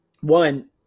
one